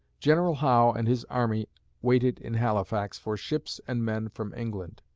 general howe and his army waited in halifax for ships and men from england.